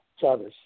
Chavez